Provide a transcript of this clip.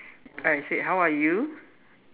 I said how are you